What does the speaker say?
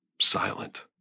silent